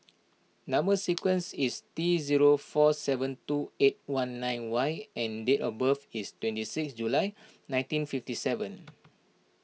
Number Sequence is T zero four seven two eight one nine Y and date of birth is twenty six July nineteen fifty seven